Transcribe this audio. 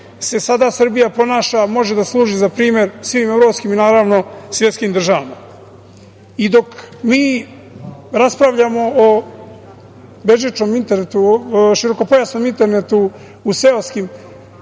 se sada Srbija ponaša može da služi za primer svim evropskim i naravno svetskim državama. Dok mi raspravljamo o bežičnom internetu, o širokopojasnom internetu u seoskim